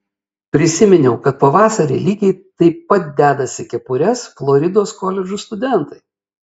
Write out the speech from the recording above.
prisiminiau kad pavasarį lygiai taip pat dedasi kepures floridos koledžų studentai